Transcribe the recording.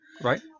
Right